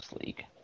League